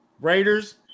Raiders